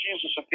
Jesus